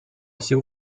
assez